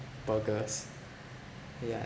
burgers yeah